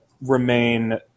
remain